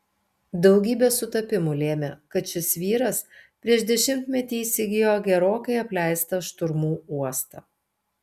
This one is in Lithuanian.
daugybė sutapimų lėmė kad šis vyras prieš dešimtmetį įsigijo gerokai apleistą šturmų uostą